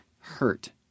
hurt